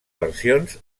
versions